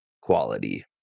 quality